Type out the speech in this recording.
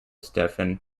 stephen